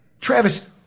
Travis